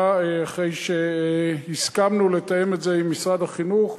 אחרי שהסכמנו לתאם את זה עם משרד החינוך,